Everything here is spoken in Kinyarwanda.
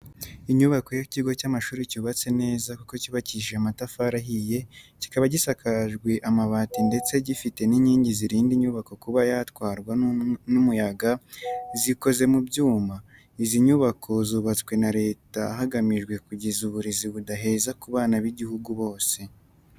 Inyubako y'ikigo cy'amashuri cyubatse neza kuko cyubakishije amatafari ahiye, kikaba gisakajwe amabati ndetse gifite n'inkingi zirinda inyubako kuba yatwarwa n'umuyaga zikoze mu byuma. Izi nyubako zubatswe na leta hagamijwe kugeza uburezi budaheza ku bana b'igihugu bose.